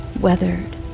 weathered